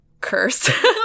curse